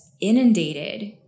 inundated